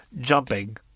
jumping